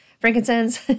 frankincense